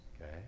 Okay